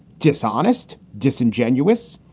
dishonest, disingenuous.